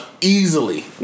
Easily